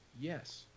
Yes